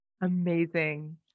amazing